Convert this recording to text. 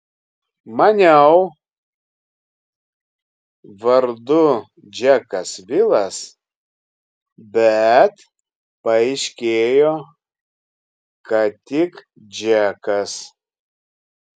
maniau vardu džekas vilas bet paaiškėjo kad tik džekas